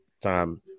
time